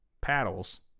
paddles